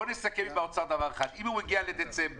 בואו נסכם עם האוצר דבר אחד: אם הוא מגיע לדצמבר,